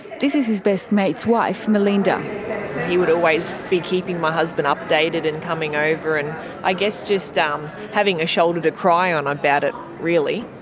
this is his best mate's wife, melinda melinda he would always be keeping my husband updated and coming over and i guess just um having a shoulder to cry on about it really.